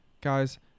guys